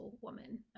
woman